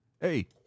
Hey